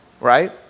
right